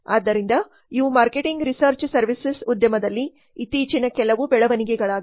ಆದ್ದರಿಂದ ಇವು marketing research services ಉದ್ಯಮದಲ್ಲಿ ಇತ್ತೀಚಿನ ಕೆಲವು ಬೆಳವಣಿಗೆಗಳಾಗಿವೆ